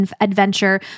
adventure